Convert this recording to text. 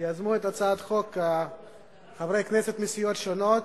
יזמו את הצעת החוק חברי כנסת מסיעות שונות.